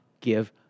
give